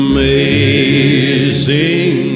Amazing